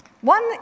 One